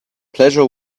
pleasure